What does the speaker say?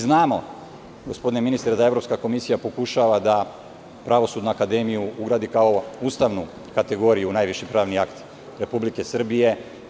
Znamo, gospodine ministre, da Evropska komisija pokušava da Pravosudnu akademiju ugradi kao ustavnu kategoriju u najviši pravni akt Republike Srbije.